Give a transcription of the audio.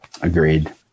Agreed